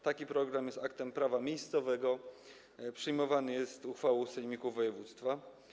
Taki program jest aktem prawa miejscowego, przyjmowany jest uchwałą sejmiku województwa.